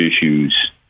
issues